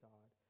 God